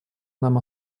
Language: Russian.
нам